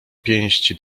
pięści